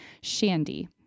Shandy